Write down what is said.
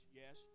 yes